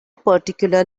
particular